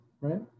right